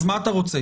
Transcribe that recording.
אז מה אתה רוצה,